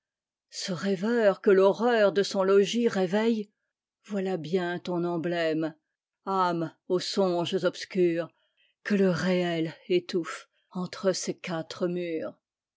ce rêveur que l'horreur de son logis réveille voilà bien ton emblème ame aux songes obscurs que je réel étouffe entre ses quatre murs